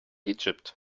egypt